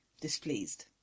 displeased